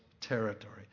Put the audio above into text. territory